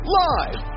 live